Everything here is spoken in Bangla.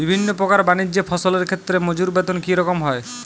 বিভিন্ন প্রকার বানিজ্য ফসলের ক্ষেত্রে মজুর বেতন কী রকম হয়?